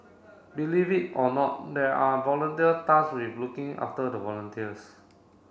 believe it or not there are volunteer with looking after the volunteers